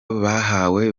bahawe